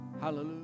Hallelujah